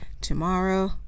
tomorrow